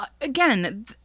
again